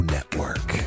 Network